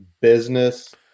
business